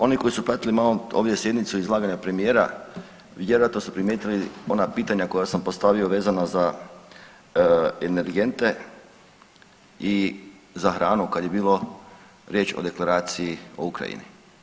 Oni koji su pratili malo ovdje sjednicu i izlaganja premijera vjerojatno su primijetili ona pitanja koja sam postavio vezano za energente i za hranu kad je bilo riječ o deklaraciji o Ukrajini.